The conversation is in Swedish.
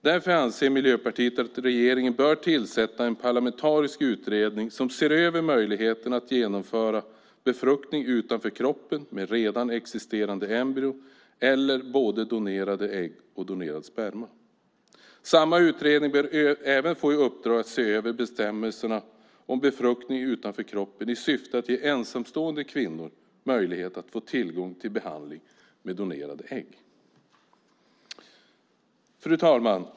Därför anser Miljöpartiet att regeringen bör tillsätta en parlamentarisk utredning som ser över möjligheten att genomföra befruktning utanför kroppen med ett redan existerande embryo, eller med både donerade ägg och donerad sperma. Samma utredning bör även få i uppdrag att se över bestämmelserna om befruktning utanför kroppen i syfte att ge ensamstående kvinnor möjlighet att få tillgång till behandling med donerade ägg. Fru talman!